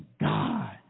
God